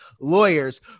lawyers